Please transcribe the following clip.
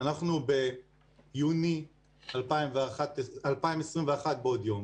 אנחנו ביוני 2021 בעוד יום